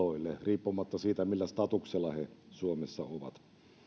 aloille riippumatta siitä millä statuksella he suomessa ovat